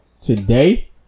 today